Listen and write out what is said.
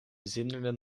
zinderde